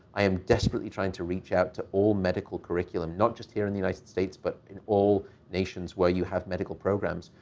i am desperately trying to reach out to all medical curriculum, not just here in the united states but in all nations where you have medical programs.